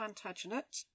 Plantagenet